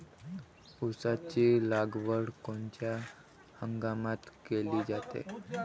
ऊसाची लागवड कोनच्या हंगामात केली जाते?